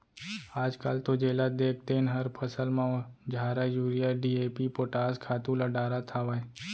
आजकाल तो जेला देख तेन हर फसल म झारा यूरिया, डी.ए.पी, पोटास खातू ल डारत हावय